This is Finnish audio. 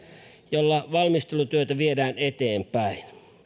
jolla valmistelutyötä viedään eteenpäin